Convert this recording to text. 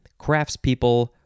craftspeople